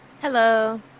Hello